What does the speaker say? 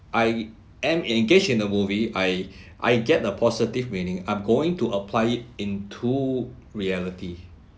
I am engaged in the movie I I get a positive meaning I'm going to apply it into reality